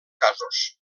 casos